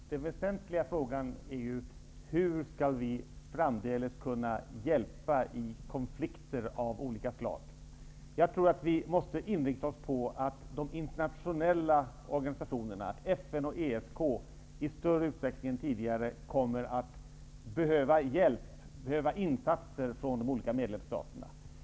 Herr talman! Den väsentliga frågan är ju: Hur skall vi framdeles kunna hjälpa i konflikter av olika slag? Jag tror att vi måste inrikta oss på att de internationella organisationerna, FN och ESK, i större utsträckning än tidigare kommer att behöva hjälp och insatser från de olika medlemsstaterna.